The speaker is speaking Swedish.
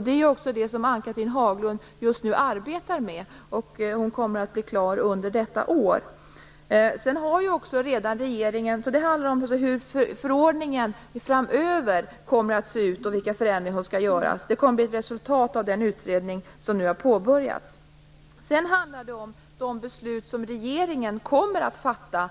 Det är också det som Ann-Cathrine Haglund just nu arbetar med. Hon kommer att bli klar under detta år. Det handlar alltså om hur förordningen framöver kommer att se ut och om vilka förändringar som skall göras. Det kommer att bli ett resultat av den utredning som nu har påbörjats. Sedan handlar det om de beslut som regeringen kommer att fatta